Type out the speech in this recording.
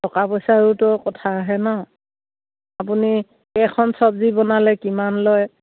টকা পইচাৰোতো কথা আহে ন আপুনি কেইখন চব্জি বনালে কিমান লয়